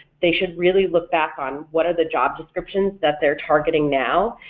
they should really look back on what are the job descriptions that they're targeting now,